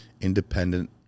independent